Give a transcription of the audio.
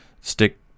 Stick